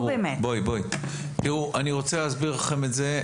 אני רוצה להסביר לכם את זה.